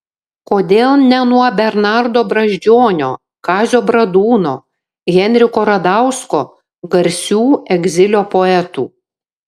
kodėl ne nuo bernardo brazdžionio kazio bradūno henriko radausko garsių egzilio poetų